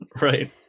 right